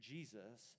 Jesus